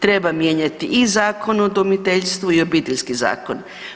Treba mijenjati i Zakon o udomiteljstvu i Obiteljski zakon.